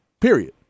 period